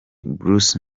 bruce